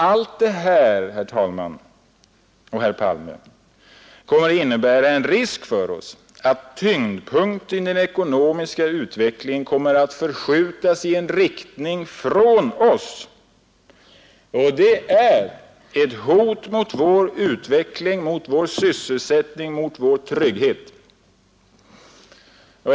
Allt detta, herr talman och herr Palme, kommer att innebära en risk för oss att tyngdpunkten i den ekonomiska utvecklingen kommer att förskjutas i riktning från oss. Det är ett hot mot vår utveckling, sysselsättning och trygghet.